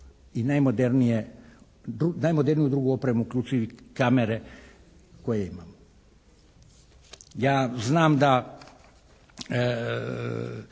i najmoderniju drugu opremu uključujući kamere koje imamo. Ja znam da